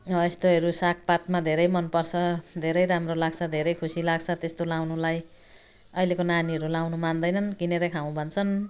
हो यस्तोहरू साग पातमा घेरै मन पर्छ धेरै राम्रो लाग्छ धेरै खुसी लाग्छ त्यस्तो लगाउनुलाई अहिलेको नानीहरू लगाउनु मान्दैनन् किनेर खाउँ भन्छन्